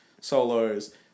solos